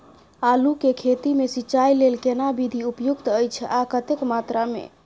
आलू के खेती मे सिंचाई लेल केना विधी उपयुक्त अछि आ कतेक मात्रा मे?